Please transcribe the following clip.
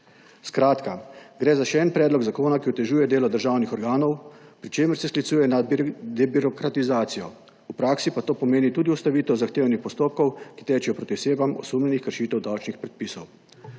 Skratka, gre za še en predlog zakona, ki otežuje delo državnih organov, pri čemer se sklicuje na debirokratizacijo, v praksi pa to pomeni tudi ustavitev zahtevnih postopkov, ki tečejo proti osebam, osumljenim kršitev davčnih predpisov.